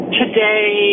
today